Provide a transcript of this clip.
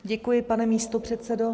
Děkuji, pane místopředsedo.